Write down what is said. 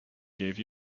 gave